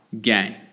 Gang